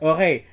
Okay